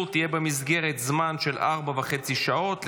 תהיינה במסגרת זמן של ארבע וחצי שעות,